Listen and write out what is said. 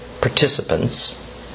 participants